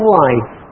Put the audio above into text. life